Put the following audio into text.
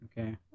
Okay